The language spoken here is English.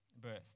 birth